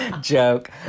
Joke